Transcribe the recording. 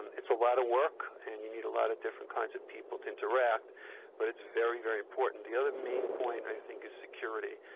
it's a lot of work and you need a lot of different kinds of people to interact but it's very, very important. the other main point i think is security.